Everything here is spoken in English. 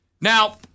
Now